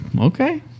Okay